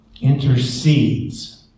intercedes